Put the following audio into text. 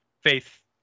Faith